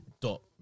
Dot